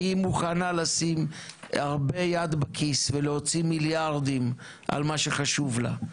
כי היא מוכנה לשים הרבה יד בכיס ולהוציא מיליארדים על מה שחשוב לה,